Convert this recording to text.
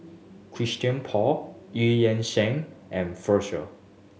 Christian Paul Eu Yan Sang and